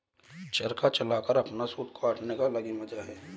चरखा चलाकर अपना सूत काटने का अलग ही मजा है